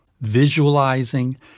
visualizing